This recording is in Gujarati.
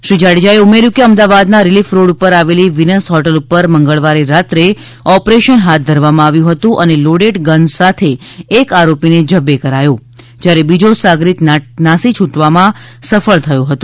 શ્રી જાડેજા એ ઉમેર્યું કે અમદાવાદના રિલીફ રોડ ઉપર આવેલી વિનસ હોટલ પર મંગળવારે રાત્રે ઓપરેશન હાથ ધરવામાં આવ્યું હતું અને લોડેડ ગન સાથે એક આરોપી ને જબ્બે કરાયો હતો જ્યારે બીજો સાગરીત નાસી છૂટવામાં સફળ થયો હતો